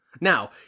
Now